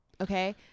Okay